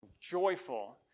joyful